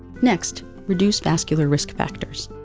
next, reduce vascular risk factors.